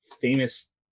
famous